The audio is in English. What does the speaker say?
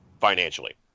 financially